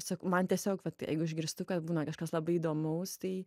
sakau man tiesiog vat jeigu išgirstu kad būna kažkas labai įdomaus tai